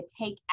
take